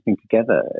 together